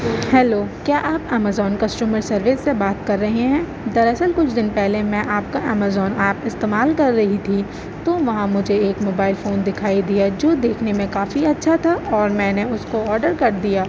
hello کیا آپ Amazon customer service سے بات کر رہے ہیں دراصل کچھ دن پہلے میں آپ کا امیزون ایپ استعمال کر رہی تھی تو وہاں مجھے ایک موبائل فون دکھائی دیا جو دیکھنے میں کافی اچھا تھا اور میں نے اس کو آڈر کردیا